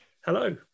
hello